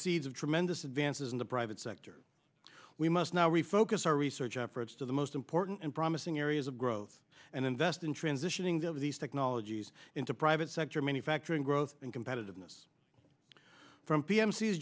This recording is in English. seeds of tremendous advances in the private sector we must now refocus our research efforts to the most important and promising areas of growth and invest in transitioning the of these technologies into private sector manufacturing growth and competitiveness fr